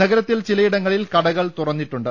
നഗരത്തിൽ ചിലയിടങ്ങളിൽ കട കൾ തുറന്നിട്ടുണ്ട്